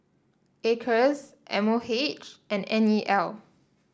Acres M O H and N E L